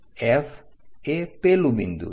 F એ પેલું બિંદુ છે